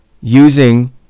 using